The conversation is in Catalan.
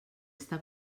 està